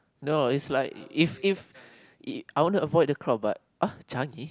no is like if if I want to avoid the crowd but uh Changi